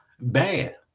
bad